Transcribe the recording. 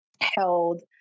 held